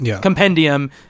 compendium